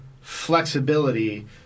flexibility